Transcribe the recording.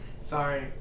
Sorry